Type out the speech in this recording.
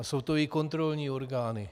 A jsou to i kontrolní orgány.